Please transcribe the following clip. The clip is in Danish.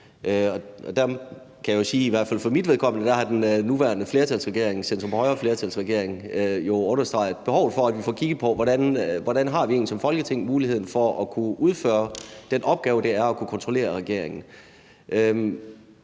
at den nuværende centrum-højre-flertalsregering jo har understreget behovet for, at vi får kigget på, hvordan vi som Folketing har muligheden for at kunne udføre den opgave, det er at kunne kontrollere regeringen.